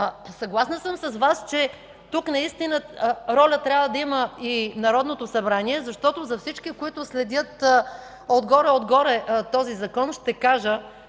Съгласна съм с Вас, че тук наистина роля трябва да има и Народното събрание, защото за всички, които следят отгоре-отгоре този Закон, ще кажа,